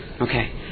Okay